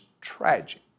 tragic